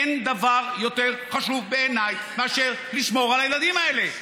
אין דבר יותר חשוב בעיניי מאשר לשמור על הילדים האלה.